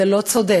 זה לא צודק,